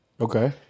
Okay